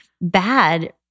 bad